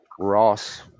Ross